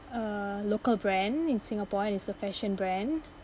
a local brand in singapore and it's a fashion brand